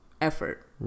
effort